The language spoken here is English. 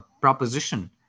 proposition